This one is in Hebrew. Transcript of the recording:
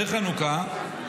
"נר חנוכה,